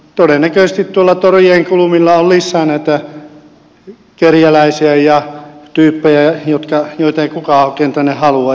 todennäköisesti tuolla torien kulmilla on lisää näitä kerjäläisiä ja tyyppejä joita ei kukaan oikein tänne halua